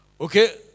Okay